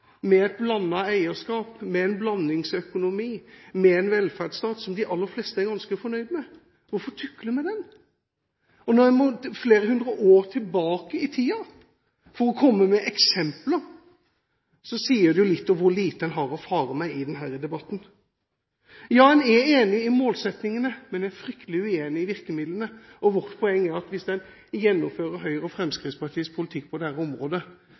med et blandet eierskap, med en blandingsøkonomi, med en velferdsstat som de aller fleste er ganske fornøyd med. Hvorfor tukle med den? Når en må flere hundre år tilbake i tiden for å komme med eksempler, sier det jo litt om hvor lite en har å fare med i denne debatten. En er enig i målsettingene, men fryktelig uenig i virkemidlene. Vårt poeng er at hvis en gjennomfører Høyres og Fremskrittspartiets politikk på dette området,